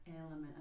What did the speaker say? element